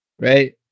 right